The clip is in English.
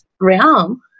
realm